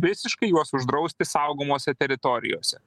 visiškai juos uždrausti saugomose teritorijose